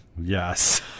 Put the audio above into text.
Yes